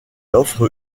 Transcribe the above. offre